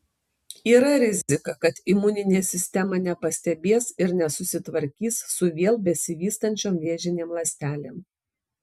yra rizika kad imuninė sistema nepastebės ir nesusitvarkys su vėl besivystančiom vėžinėm ląstelėm